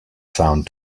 found